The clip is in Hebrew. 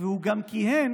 והוא גם כיהן